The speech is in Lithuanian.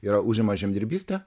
yra užima žemdirbystė